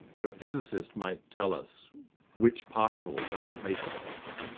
so a physicist might tell us which particles are the basic particles.